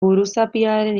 buruzapiaren